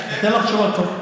אני אתן לך תשובה כתובה,